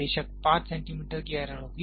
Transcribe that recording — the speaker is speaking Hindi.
बेशक 5 सेंटीमीटर की एरर होगी